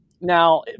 now